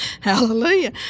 Hallelujah